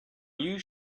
you